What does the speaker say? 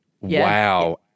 Wow